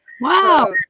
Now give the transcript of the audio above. Wow